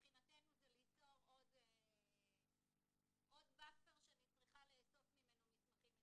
מבחינתנו זה ליצור עוד באפר שאני צריכה לאסוף ממנו מסמכים.